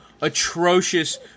atrocious